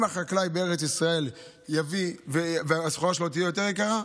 אם החקלאי בארץ ישראל יביא והסחורה שלו תהיה יותר יקרה,